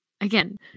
Again